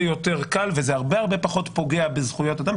יותר קל וזה הרבה-הרבה פחות פוגע בזכויות אדם.